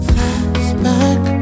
Flashback